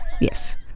Yes